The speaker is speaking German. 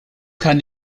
kann